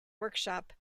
workshop